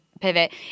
pivot